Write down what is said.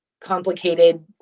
complicated